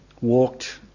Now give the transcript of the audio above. walked